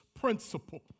principle